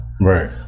Right